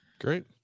Great